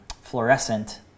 fluorescent